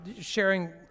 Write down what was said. sharing